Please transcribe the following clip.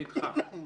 נדחה.